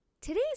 Today's